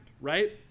right